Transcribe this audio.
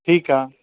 ठीकु आहे